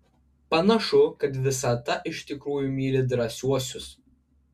panašu kad visata iš tikrųjų myli drąsiuosius